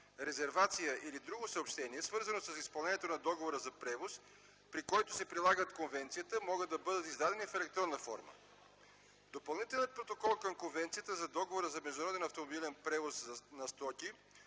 резервация или друго съобщение, свързано с изпълнението на договор за превоз, при които се прилага конвенцията, могат да бъдат издадени в електронна форма. Допълнителният протокол към Конвенцията за Договора за международен автомобилен превоз на стоки